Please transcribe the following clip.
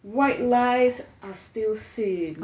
white lies are still sin